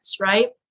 right